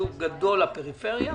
חיזוק גדול לפריפריה,